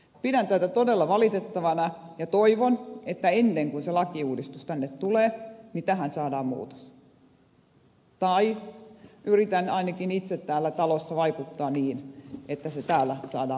pidän tätä todella valitettavana ja toivon että ennen kuin se lakiuudistus tänne tulee tähän saadaan muutos tai yritän ainakin itse täällä talossa vaikuttaa niin että se täällä saadaan muuttumaan